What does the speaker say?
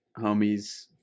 homies